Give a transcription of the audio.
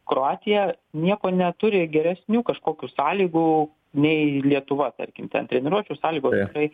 kroatija nieko neturi geresnių kažkokių sąlygų nei lietuva tarkim ten treniruočių sąlygos tikrai